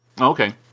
Okay